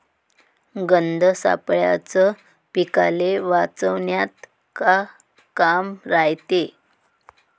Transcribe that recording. गंध सापळ्याचं पीकाले वाचवन्यात का काम रायते?